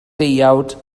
deuawd